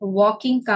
walking